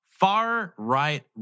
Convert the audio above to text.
Far-right